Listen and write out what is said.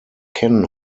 kennen